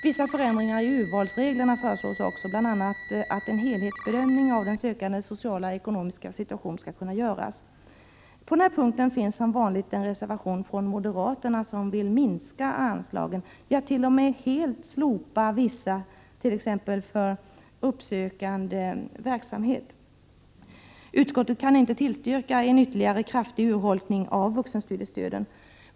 Vissa förändringar i urvalsreglerna föreslås också, bl.a. att en helhetsbedömning av den sökandes sociala och ekonomiska situation skall kunna göras. På den här punkten finns det som vanligt en reservation från moderaterna i vilken man föreslår en minskning av anslagen. Man föreslår t.o.m. att en del helt slopas, t.ex. anslag som gäller uppsökande verksamhet. Utskottet kan inte tillstyrka en ytterligare kraftig urholkning av vuxenstudiestödet.